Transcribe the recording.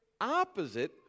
opposite